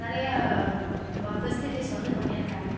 நிறைய ஃபெசிலிட்டிஸ் வந்து பண்ணியிருக்காங்க